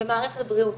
ומערכת בריאות.